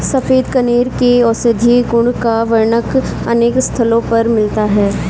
सफेद कनेर के औषधीय गुण का वर्णन अनेक स्थलों पर मिलता है